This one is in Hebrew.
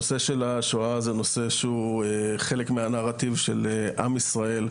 הנושא של השואה זה נושא שהוא חלק מהנרטיב של עם ישראל,